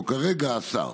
או כרגע השר?